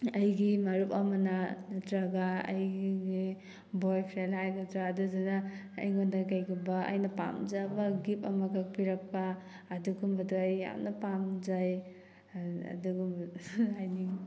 ꯑꯩꯒꯤ ꯃꯔꯨꯞ ꯑꯃꯅ ꯅꯠꯇ꯭ꯔꯒ ꯑꯩꯒꯤ ꯕꯣꯏꯐ꯭ꯔꯦꯟ ꯍꯥꯏꯒꯗ꯭ꯔꯥ ꯑꯗꯨꯗꯨꯅ ꯑꯩꯉꯣꯟꯗ ꯀꯩꯒꯨꯝꯕ ꯑꯩꯅ ꯄꯥꯝꯖꯕ ꯒꯤꯞ ꯑꯃꯒ ꯄꯤꯔꯛꯄ ꯑꯗꯨꯒꯨꯝꯕꯗꯣ ꯑꯩ ꯌꯥꯝꯅ ꯄꯥꯝꯖꯩ ꯑꯗꯨꯒꯨꯝꯕ ꯍꯥꯏꯅꯤꯡ